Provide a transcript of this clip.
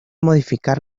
modificar